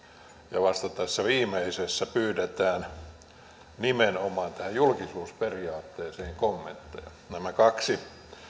ja vasta tässä viimeisessä pyydetään nimenomaan tästä julkisuusperiaatteesta kommentteja nämä kaksi